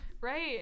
right